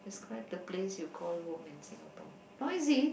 describe the place you call home in Singapore noisy